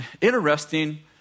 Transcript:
Interesting